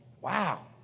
Wow